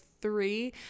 three